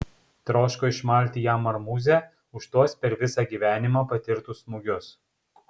troško išmalti jam marmūzę už tuos per visą gyvenimą patirtus smūgius